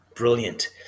Brilliant